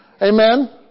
Amen